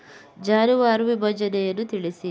ಜಾನುವಾರು ವಿಮಾ ಯೋಜನೆಯನ್ನು ತಿಳಿಸಿ?